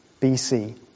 BC